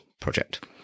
project